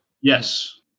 Yes